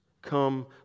Come